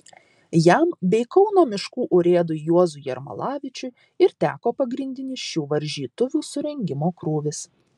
jam bei kauno miškų urėdui juozui jermalavičiui ir teko pagrindinis šių varžytuvių surengimo krūvis